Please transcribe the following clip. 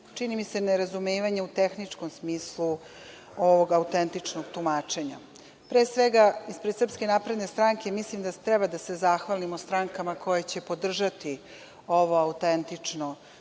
čini mi se, nerazumevanja u tehničkom smislu ovog autentičnog tumačenja. Pre svega, ispred SNS mislim da treba da se zahvalimo strankama koje će podržati ovo autentično tumačenje,